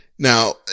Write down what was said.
Now